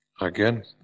again